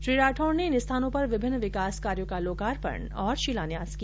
श्री राठौड ने इन स्थानों पर विभिन्न विकास कार्यो का लोकार्पण और शिलान्यास किया